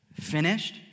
Finished